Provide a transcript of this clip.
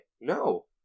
No